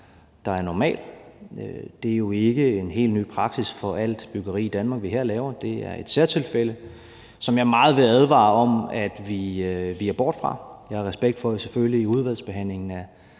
der er normal. Det er jo ikke en helt ny praksis for alt byggeri i Danmark, vi laver her. Det er et særtilfælde, som jeg meget vil advare mod at vi viger bort fra. Jeg har selvfølgelig respekt for, at man i udvalgsbehandlingen kan